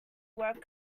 work